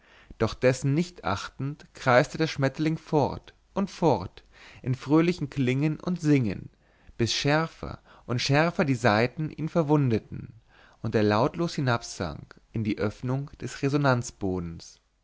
doch dessen nicht achtend kreiste der schmetterling fort und fort im fröhlichen klingen und singen bis schärfer und schärfer die saiten ihn verwundeten und er lautlos hinabsank in die öffnung des resonanzbodens